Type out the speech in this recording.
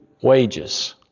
wages